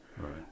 Right